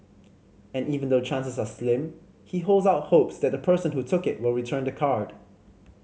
and even though chances are slim he holds out hope that the person who took it will return the card